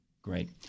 Great